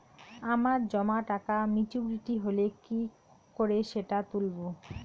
আমার জমা টাকা মেচুউরিটি হলে কি করে সেটা তুলব?